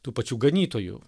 tų pačių ganytojų